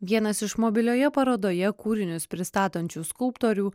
vienas iš mobilioje parodoje kūrinius pristatančių skulptorių